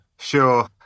sure